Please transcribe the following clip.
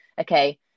okay